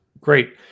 Great